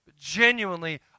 Genuinely